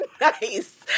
nice